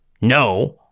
no